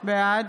בעד